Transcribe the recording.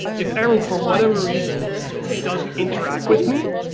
if erin for whatever reason doesn't interact with me,